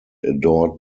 adored